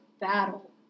battle